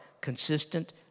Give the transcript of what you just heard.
consistent